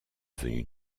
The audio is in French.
venue